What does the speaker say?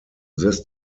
this